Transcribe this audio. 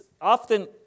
often